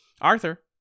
Arthur